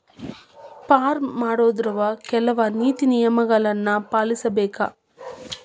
farm ಮಾಡೊವ್ರು ಕೆಲ್ವ ನೇತಿ ನಿಯಮಗಳನ್ನು ಪಾಲಿಸಬೇಕ